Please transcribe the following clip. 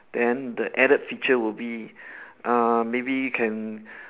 then the added feature will be uh maybe can